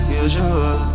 usual